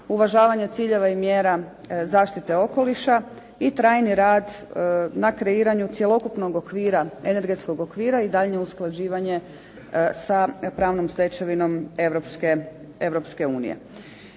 uvažavanje ciljeva i mjera zaštite okoliša i trajni rad na kreiranju cjelokupnog energetskog okvira i daljnje usklađivanje sa pravnom stečevinom